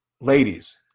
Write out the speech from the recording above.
Ladies